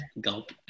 gulp